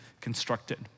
constructed